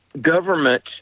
government